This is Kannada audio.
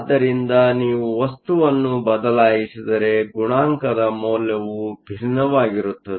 ಆದ್ದರಿಂದ ನೀವು ವಸ್ತುವನ್ನು ಬದಲಾಯಿಸಿದರೆ ಗುಣಾಂಕದ ಮೌಲ್ಯವು ವಿಭಿನ್ನವಾಗಿರುತ್ತದೆ